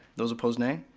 those opposed, nay.